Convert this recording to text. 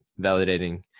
validating